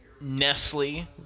Nestle